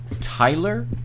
Tyler